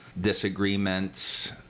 disagreements